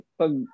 pag